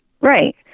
Right